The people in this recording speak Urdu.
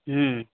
ہوں